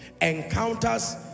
Encounters